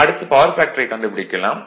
அடுத்து பவர் ஃபேக்டரைக் கண்டுபிடிக்கலாம்